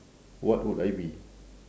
what would I be